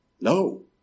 No